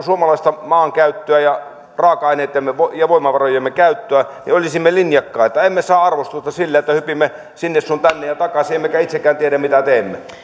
suomalaista maankäyttöä ja raaka aineittemme ja voimavarojemme käyttöä olisimme linjakkaita emme saa arvostusta sillä että hypimme sinne sun tänne ja takaisin emmekä itsekään tiedä mitä teemme